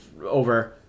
over